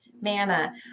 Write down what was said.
Manna